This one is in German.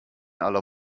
aller